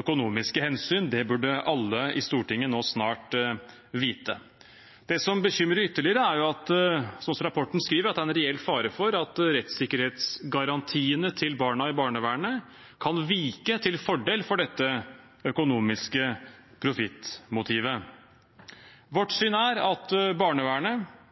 økonomiske hensyn. Det burde alle i Stortinget nå snart vite. Det som bekymrer ytterligere er, som rapporten skriver, at det er en reell fare for at rettssikkerhetsgarantiene til barna i barnevernet kan vike til fordel for dette økonomiske profittmotivet. Vårt syn er at barnevernet